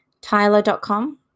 Tyler.com